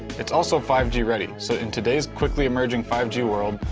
it's also five g ready. so in today's quickly emerging five g world,